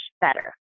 better